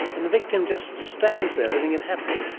and the victim just stands there letting it happen?